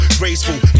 graceful